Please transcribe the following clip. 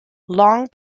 long